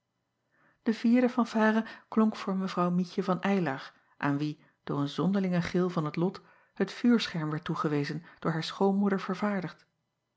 e vierde fanfare klonk voor evrouw ietje van ylar aan wie door een zonderlingen gril van het lot het vuurscherm werd toegewezen door haar schoonmoeder vervaardigd